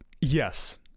Yes